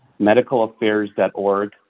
medicalaffairs.org